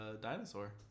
dinosaur